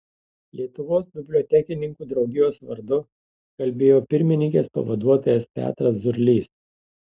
lietuvos bibliotekininkų draugijos vardu kalbėjo pirmininkės pavaduotojas petras zurlys